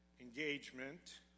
Engagement